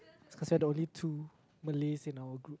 cause you are the only two Malays in our group